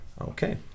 Okay